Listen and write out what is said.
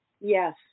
Yes